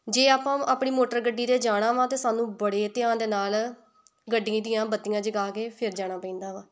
ਜੇ ਆਪਾਂ ਆਪਣੀ ਮੋਟਰ ਗੱਡੀ 'ਤੇ ਜਾਣਾ ਵਾ ਅਤੇ ਸਾਨੂੰ ਬੜੇ ਧਿਆਨ ਦੇ ਨਾਲ ਗੱਡੀ ਦੀਆਂ ਬੱਤੀਆਂ ਜਗਾ ਕੇ ਫਿਰ ਜਾਣਾ ਪੈਂਦਾ ਵਾ